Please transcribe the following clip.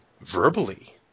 verbally